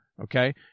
okay